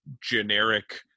generic